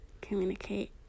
communicate